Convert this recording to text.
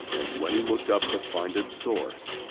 and when he looked up to find its source,